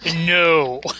No